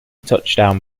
touchdown